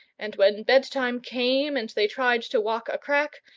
and when bedtime came and they tried to walk a crack,